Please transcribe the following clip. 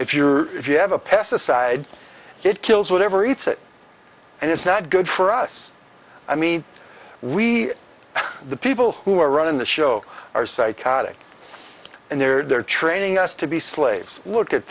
if you're if you have a pesticide it kills whatever eats it and it's not good for us i mean we the people who are running the show are psychotic and they're training us to be slaves look at